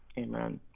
amen,